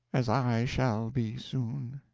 as i shall be soon.